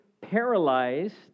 paralyzed